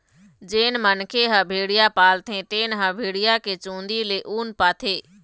जेन मनखे ह भेड़िया पालथे तेन ह भेड़िया के चूंदी ले ऊन पाथे